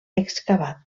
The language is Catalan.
excavat